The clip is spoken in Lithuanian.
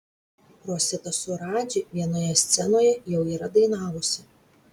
rosita su radži vienoje scenoje jau yra dainavusi